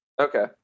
Okay